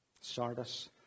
Sardis